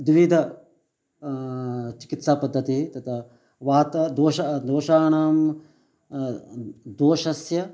द्विविध चिकित्सापद्धतिः तत् वातदोषः दोषाणां दोषस्य